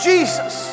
Jesus